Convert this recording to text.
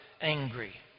angry